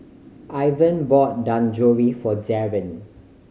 Ivan bought Dangojiru for Darron